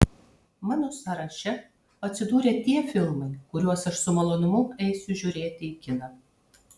mano sąraše atsidūrė tie filmai kuriuos aš su malonumu eisiu žiūrėti į kiną